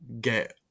get